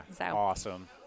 Awesome